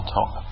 top